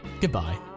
Goodbye